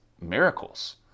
miracles